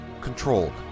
controlled